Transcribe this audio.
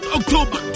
October